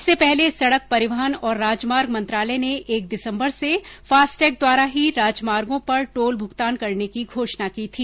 इससे पहले सडक परिवहन और राजमार्ग मंत्रालय ने एक दिसम्बर से फास्टैग द्वारा ही राजमार्गो पर टोल भूगतान करने की घोषणा की थी